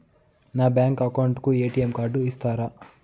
నా bank account కు ATM card ఇస్తారా